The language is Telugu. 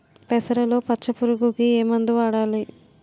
పెసరలో పచ్చ పురుగుకి ఏ మందు వాడాలి?